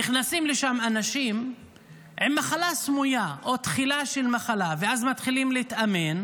נכנסים לשם אנשים עם מחלה סמויה או תחילה של מחלה ואז מתחילים להתאמן